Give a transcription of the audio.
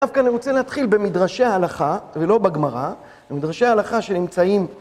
עכשיו כאן אני רוצה להתחיל במדרשי ההלכה, ולא בגמרא, במדרשי ההלכה שנמצאים...